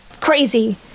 Crazy